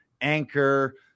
Anchor